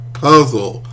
puzzle